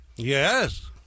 Yes